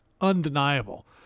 undeniable